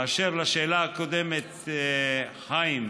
באשר לשאלה הקודמת, חיים,